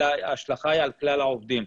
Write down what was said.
אלא ההשלכה על כלל העובדים.